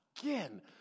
Again